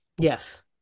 Yes